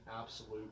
absolute